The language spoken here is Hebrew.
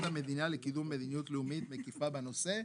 המדינה לקידום מדיניות לאומית מקיפה בנושא.